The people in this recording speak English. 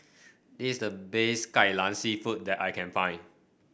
this the best Kai Lan seafood that I can find